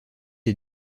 est